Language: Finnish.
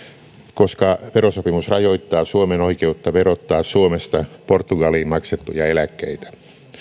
koska verosopimus rajoittaa suomen oikeuttaa verottaa suomesta portugaliin maksettuja eläkkeitä